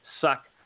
suck